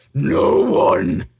no one!